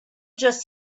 just